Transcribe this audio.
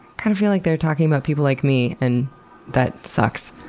kind of feel like they're talking about people like me and that sucks?